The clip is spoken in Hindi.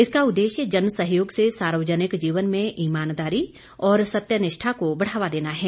इसका उददेश्य जन सहयोग से सार्वजनिक जीवन में ईमानदारी और सत्यनिष्ठा को बढ़ावा देना है